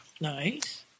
Nice